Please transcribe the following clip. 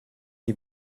you